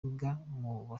ubumuga